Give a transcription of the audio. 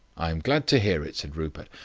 i'm glad to hear it, said rupert,